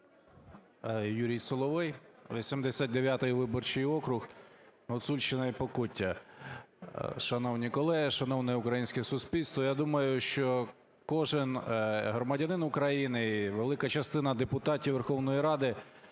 Юрій Соловей, 89 виборчий округ, Гуцульщина і Покуття. Шановні колеги, шановне українське суспільство, я думаю, що кожен громадянин України і велика частина депутатів Верховної Ради